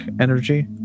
energy